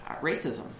racism